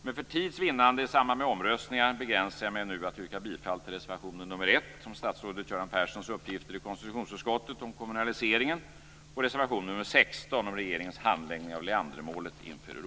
Men för tids vinnande i samband med omröstningen begränsar jag mig till att yrka bifall till reservation nr 1 om statsrådet Göran Perssons uppgifter i konstitutionsutskottet om kommunaliseringen och reservation nr 16 om regeringens handläggning av Leandermålet inför